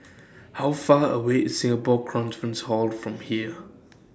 How Far away IS Singapore Conference Hall from here